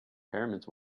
pyramids